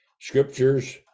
Scriptures